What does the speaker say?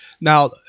Now